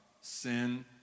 sin